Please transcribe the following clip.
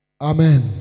Amen